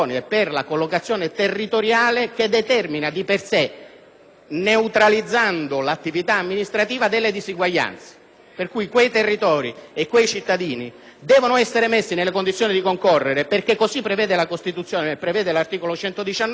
neutralizzando l'attività amministrativa, delle disuguaglianze. In sostanza, quei territori e quei cittadini devono essere messi nelle condizioni di concorrere perché così prevede la Costituzione, che, precisamente al quinto comma dell'articolo 119, apposta risorse che lo Stato deve gestire